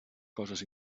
coses